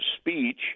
speech